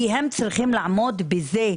כי הם צריכים לעמוד בזה,